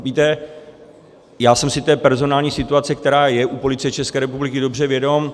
Víte, já jsem si té personální situace, která je u Policie České republiky, dobře vědom.